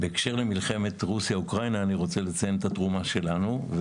אני רוצה לציין את התרומה שלנו בהקשר של מלחמת רוסיה-אוקראינה,